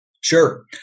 Sure